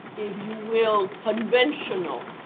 if you will, conventional